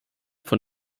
von